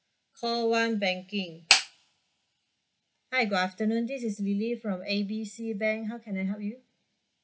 call one banking hi good afternoon this is lily from A B C bank how can I help you